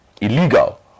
illegal